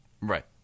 Right